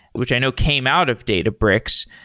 which i know came out of databricks.